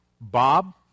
Bob